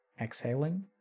Exhaling